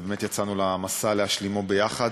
ובאמת יצאנו למסע להשלימו יחד.